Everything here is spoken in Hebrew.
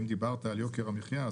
אם דיברת על יוקר המחייה,